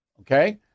okay